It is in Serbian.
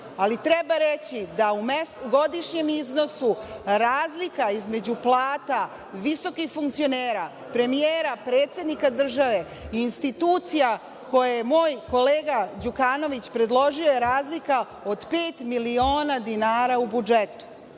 Treba reći da u godišnjem iznosu razlika između plata visokih funkcionera, premijera, predsednika države, institucija, koje je moj kolega Đukanović predložio, je razlika od pet miliona dinara u budžetu. Prema